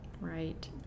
Right